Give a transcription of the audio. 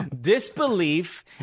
disbelief